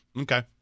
Okay